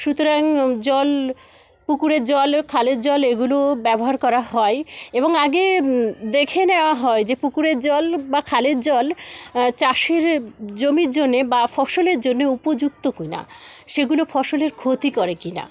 সুতরাং জল পুকুরের জল খালের জল এগুলোও ব্যবহার করা হয় এবং আগে দেখে নেওয়া হয় যে পুকুরের জল বা খালের জল চাষের জমির জন্য বা ফসলের জন্য উপযুক্ত কিনা সেগুলো ফসলের ক্ষতি করে কিনা